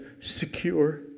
secure